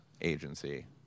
agency